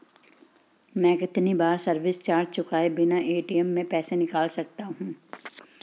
मैं कितनी बार सर्विस चार्ज चुकाए बिना ए.टी.एम से पैसे निकाल सकता हूं?